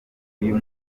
uyu